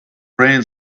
friend